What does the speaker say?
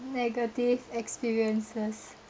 negative experiences